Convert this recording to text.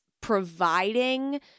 providing